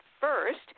first